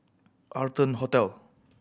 Arton Hotel